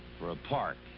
for a park.